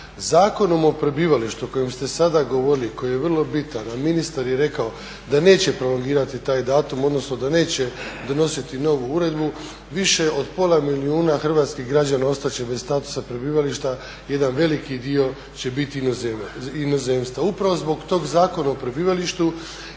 Zakonom o prebivalištu o kojem ste sada govorili i koji je vrlo bitan, a ministar je rekao da neće prolongirati taj datum, odnosno da neće donositi novu uredbu više od pola milijuna hrvatskih građana ostat će bez statusa prebivališta, jedan veliki dio će biti inozemstva. Upravo zbog tog Zakona o prebivalištu